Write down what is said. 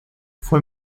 fue